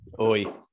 Oi